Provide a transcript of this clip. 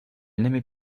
n’aimait